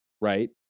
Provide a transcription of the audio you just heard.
right